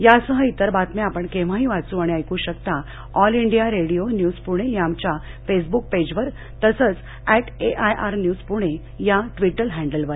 यासह आणि इतर बातम्या आपण केव्हाही वाचू ऐकू शकता आमच्या all India radio news Pune या फेसबुक पेजवर तसंच ऍट एआयआर न्यूज पुणे या ट्विटर हँडलवर